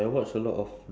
mmhmm